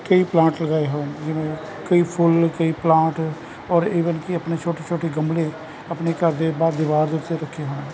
ਕਈ ਪਲਾਂਟ ਲਗਾਏ ਹੋਏ ਨੇ ਜਿਵੇਂ ਕਈ ਫੁੱਲ ਕਈ ਪਲਾਂਟ ਔਰ ਈਵਨ ਕੀ ਆਪਣੇ ਛੋਟੇ ਛੋਟੇ ਗਮਲੇ ਆਪਣੇ ਘਰ ਦੇ ਬਾਹਰ ਦਿਵਾਰ ਦੇ ਉੱਤੇ ਰੱਖੇ ਹਨ